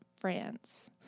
France